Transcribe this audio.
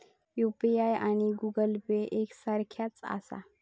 UPI आणि Google Pay एक सारख्याच आसा?